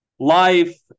life